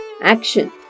action